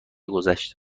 گذشت